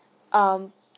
um